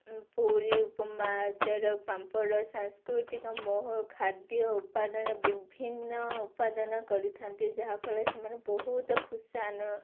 ପୁରୀ ଉପମା ଆଚାର ପାମ୍ପଡ଼ ସାଂସ୍କୃତିକ ମୋହ ଖାଦ୍ୟ ଉପାଦାନ ବିଭିନ୍ନ ଉପାଦାନ କରିଥାନ୍ତି ଯାହାଫଳରେ ସେମାନେ ବହୁତ ଖୁସି